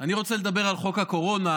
אני רוצה לדבר על חוק הקורונה.